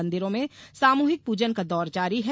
मंदिरों में सामूहिक पूजन का दौर जारी है